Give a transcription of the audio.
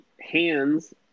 hands